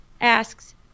asks